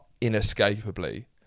inescapably